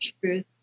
truth